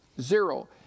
zero